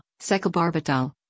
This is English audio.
secobarbital